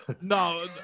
no